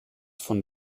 von